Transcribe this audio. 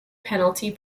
penalty